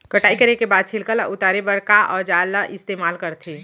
कटाई करे के बाद छिलका ल उतारे बर का औजार ल इस्तेमाल करथे?